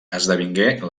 esdevingué